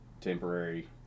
temporary